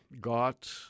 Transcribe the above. got